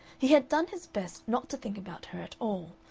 he had done his best not to think about her at all,